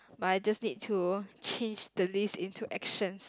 but I just need to change the list into actions